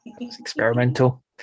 experimental